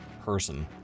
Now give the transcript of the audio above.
person